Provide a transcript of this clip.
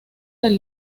del